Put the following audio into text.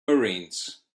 marines